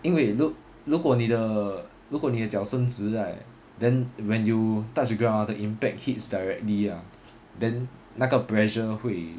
因为如如果你的如果你的脚升值 right then when you touch the ground ah the impact hits directly ah then 那个 pressure 会